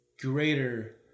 greater